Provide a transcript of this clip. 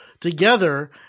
together